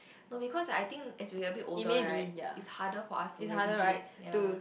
no because I think as we get a bit older right it's harder for us to navigate ya